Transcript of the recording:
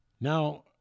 Now